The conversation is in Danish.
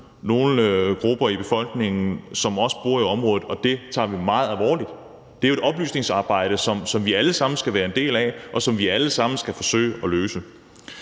nogle grupper i befolkningen, som også bor i området, og det tager vi meget alvorligt. Det er jo et oplysningsarbejde, som vi alle sammen skal være en del af, og noget, som vi alle sammen skal forsøge at løse.